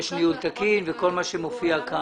יש ניהול תקין וכל מה שמופיע.